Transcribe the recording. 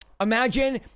Imagine